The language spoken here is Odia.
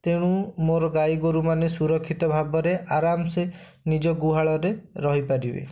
ତେଣୁ ମୋର ଗାଈଗୋରୁ ମାନେ ସୁରକ୍ଷିତ ଭାବରେ ଆରାମସେ ନିଜ ଗୁହାଳରେ ରହିପାରିବେ